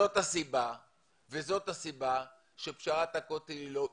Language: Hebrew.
הסיבה שפשרת הכותל היא לא אישיו,